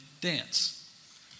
dance